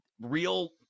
real